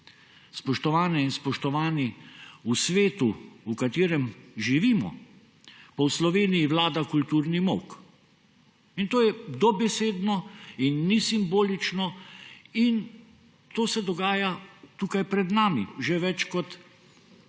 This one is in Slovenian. spoštovane in spoštovani, v svetu, v katerem živimo, v Sloveniji vlada kulturni molk. In to dobesedno, ni simbolično. To se dogaja tukaj pred nami že več kot leto